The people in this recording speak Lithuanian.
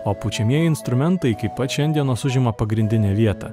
o pučiamieji instrumentai iki pat šiandienos užima pagrindinę vietą